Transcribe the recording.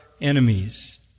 enemies